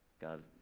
God